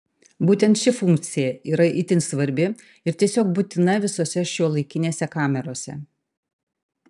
būtent ši funkcija yra itin svarbi ir tiesiog būtina visose šiuolaikinėse kamerose